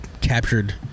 captured